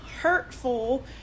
hurtful